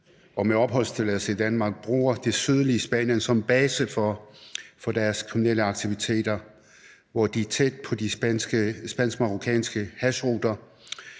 og med opholdstilladelse i Danmark, bruger det sydlige Spanien som base for deres kriminelle aktiviteter, hvor de tæt på de spansk-marokkanske hashruter